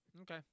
Okay